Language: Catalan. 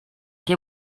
què